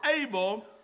able